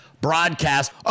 broadcast